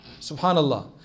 Subhanallah